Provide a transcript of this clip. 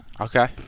Okay